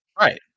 Right